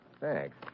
Thanks